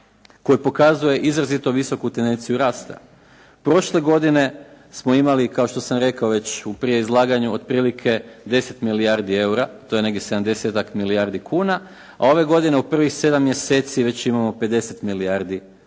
koji pokazuje izrazito visoku tendenciju rasta. Prošle godine smo imali kao što sam rekao već u prije izlaganju otprilike 10 milijardi eura, to je negdje 70-tak milijardi kuna, a ove godine u prvih sedam mjeseci već imamo 50 milijardi kuna,